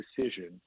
decision